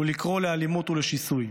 לקרוא לאלימות ולשיסוי.